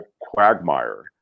quagmire